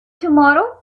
tomorrow